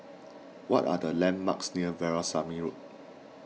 what are the landmarks near Veerasamy Road